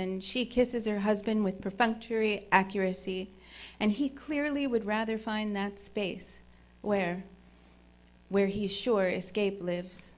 and she kisses her husband with perfunctory accuracy and he clearly would rather find that space where where he is sure escape lives